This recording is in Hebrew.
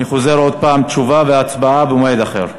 אני חוזר עוד פעם, תשובה והצבעה במועד אחר.